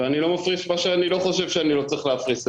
ואני לא מפריש מה שאני לא חושב שאני צריך להפריש.